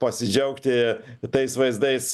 pasidžiaugti tais vaizdais